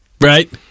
Right